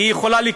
היא יכולה,